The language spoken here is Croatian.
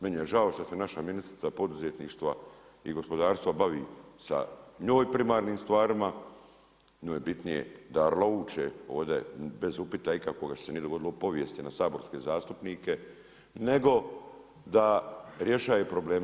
Meni je žao što se naša ministrica poduzetništva i gospodarstva bavi sa njoj primarnim stvarima, njoj je bitnije da urliče ovdje bez upita ikakvoga što se nije dogodilo u povijesti na saborske zastupnike nego da rješava probleme.